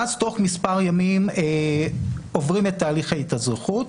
ואז תוך מספר ימים עוברים את תהליך ההתאזרחות.